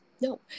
No